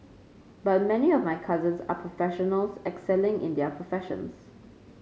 but many of my cousins are professionals excelling in their professions